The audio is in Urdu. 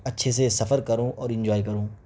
اچّھے سے سفر کروں اور انجوائے کروں